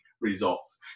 results